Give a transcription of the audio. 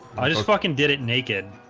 i just fucking did it naked